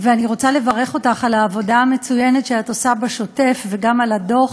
ואני רוצה לברך אותך על העבודה המצוינת שאת עושה בשוטף וגם על הדוח.